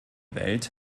welt